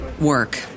work